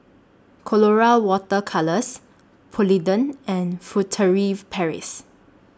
Colora Water Colours Polident and Furtere Paris